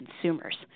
consumers